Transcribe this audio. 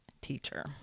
teacher